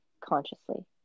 consciously